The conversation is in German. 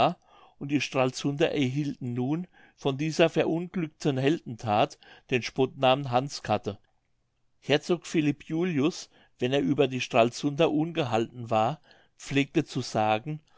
und die stralsunder erhielten nun von dieser verunglückten heldenthat den spottnamen hans katte herzog philipp julius wenn er über die stralsunder ungehalten war pflegte zu sagen